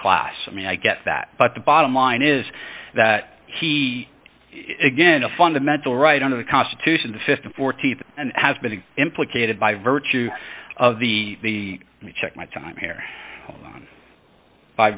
class i mean i get that but the bottom line is that he again a fundamental right under the constitution the th th and has been implicated by virtue of the check my time here by